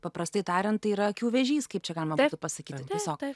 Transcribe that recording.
paprastai tariant tai yra akių vėžys kaip čia galima būtų pasakyti tiesiog